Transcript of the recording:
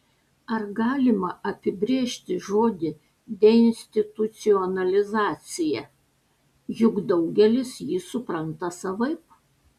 ar galima apibrėžti žodį deinstitucionalizacija juk daugelis jį supranta savaip